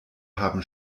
haben